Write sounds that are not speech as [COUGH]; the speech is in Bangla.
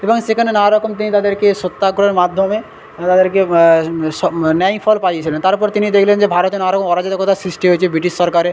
এবং সেখানে নানারকম তিনি তাদেরকে সত্যাগ্রহের মাধ্যমে [UNINTELLIGIBLE] তাদেরকে সব ন্যায়ফল পাইয়েছিলেন তারপর তিনি দেখলেন যে ভারতে নানারকম অরাজকতার সৃষ্টি হয়েছে ব্রিটিশ সরকারের